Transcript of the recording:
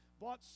bought